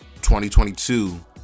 2022